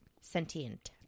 Sentient